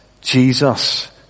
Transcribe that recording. Jesus